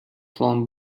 flown